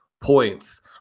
points